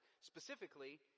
specifically